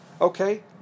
Okay